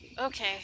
Okay